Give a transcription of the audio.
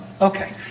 okay